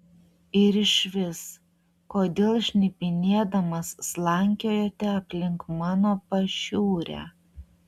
ir išvis kodėl šnipinėdamas slankiojate aplink mano pašiūrę